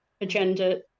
agenda